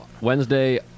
Wednesday